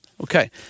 Okay